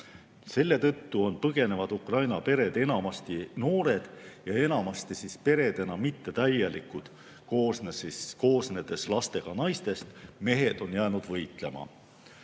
Selle tõttu on põgenevad Ukraina pered enamasti noored ja enamasti peredena mittetäielikud, koosnedes lastega naistest. Mehed on jäänud võitlema.